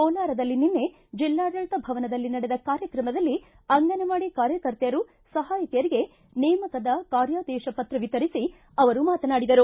ಕೋಲಾರದಲ್ಲಿ ನಿನ್ನೆ ಜಿಲ್ಲಾಡಳಿತ ಭವನದಲ್ಲಿ ನಡೆದ ಕಾರ್ಯಕ್ರಮದಲ್ಲಿ ಅಂಗನವಾಡಿ ಕಾರ್ಯಕರ್ತೆಯರು ಸಹಾಯಕಿಯರಿಗೆ ನೇಮಕದ ಕಾರ್ಯಾದೇಶ ಪತ್ರ ವಿತರಿಸಿ ಅವರು ಮಾತನಾಡಿದರು